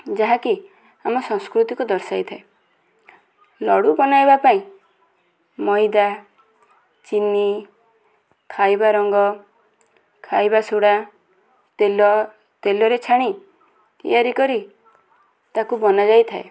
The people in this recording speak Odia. ଯାହାକି ଆମ ସଂସ୍କୃତିକୁ ଦର୍ଶାଇଥାଏ ଲଡ଼ୁ ବନାଇବା ପାଇଁ ମଇଦା ଚିନି ଖାଇବା ରଙ୍ଗ ଖାଇବା ସୋଡ଼ା ତେଲ ତେଲରେ ଛାଣି ତିଆରି କରି ତାକୁ ବନାଯାଇଥାଏ